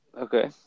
Okay